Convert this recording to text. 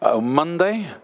Monday